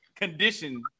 condition